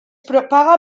propaga